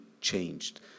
changed